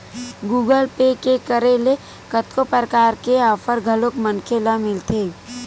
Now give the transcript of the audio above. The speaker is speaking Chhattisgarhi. गुगल पे के करे ले कतको परकार के आफर घलोक मनखे ल मिलथे